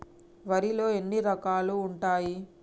వరిలో ఎన్ని రకాలు ఉంటాయి?